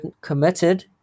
committed